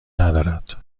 ندارد